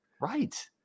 right